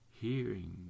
Hearing